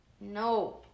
No